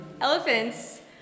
elephants